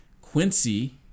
Quincy